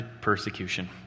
persecution